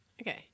Okay